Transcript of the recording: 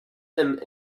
and